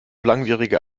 langwierige